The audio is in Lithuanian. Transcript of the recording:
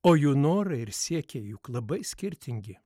o jų norai ir siekiai juk labai skirtingi